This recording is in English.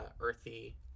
earthy